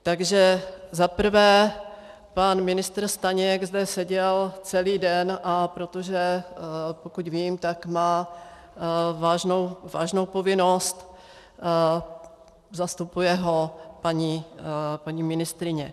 Takže za prvé, pan ministr Staněk zde seděl celý den, a protože pokud vím, tak má vážnou povinnost, zastupuje ho paní ministryně